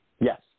Yes